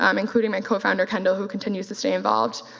um including my co-founder kendall who continues to stay involved.